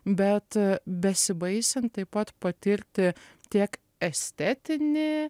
bet besibaisint taip pat patirti tiek estetinį